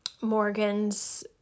Morgan's